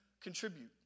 contribute